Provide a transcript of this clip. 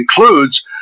includes